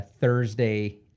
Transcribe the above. Thursday